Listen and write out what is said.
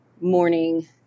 morning